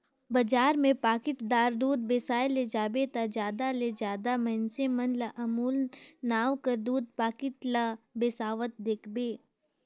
बजार में पाकिटदार दूद बेसाए ले जाबे ता जादा ले जादा मइनसे मन ल अमूल नांव कर दूद पाकिट ल बेसावत देखबे